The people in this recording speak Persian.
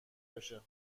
بشه